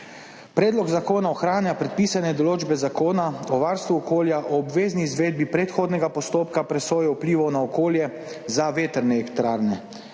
Predlog zakona ohranja predpisane določbe Zakona o varstvu okolja o obvezni izvedbi predhodnega postopka presoje vplivov na okolje za vetrne elektrarne,